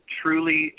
truly